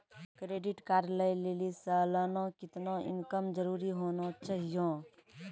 Credit card लय लेली सालाना कितना इनकम जरूरी होना चहियों?